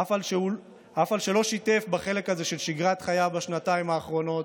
אף שלא שיתף בחלק הזה של שגרת חייו בשנתיים האחרונות,